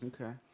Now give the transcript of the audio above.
Okay